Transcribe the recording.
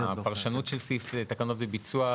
הפרשנות של סעיף "תקנון וביצוע",